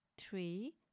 three